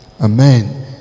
amen